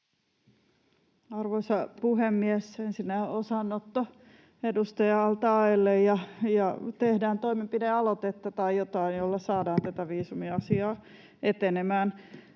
Arvoisa puhemies! Ensinnä osanotto edustaja al-Taeelle, ja tehdään toimenpide-aloitetta tai jotain, jolla saadaan tätä viisumiasiaa etenemään,